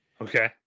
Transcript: okay